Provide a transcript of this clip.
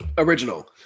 original